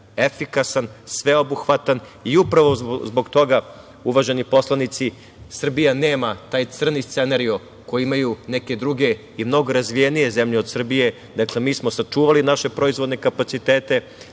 efikasan, sveobuhvatan i upravo zbog toga, uvaženi poslanici, Srbija nema taj crni scenario koji imaju neke druge i mnogo razvijenije zemlje od Srbije. Dakle, mi smo sačuvali naše proizvodne kapacitete.